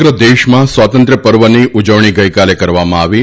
સમગ્ર દેશમાં સ્વાતં ત્ય પર્વની ઉજવણી ગઇકાલે કરવામાં આવી હતી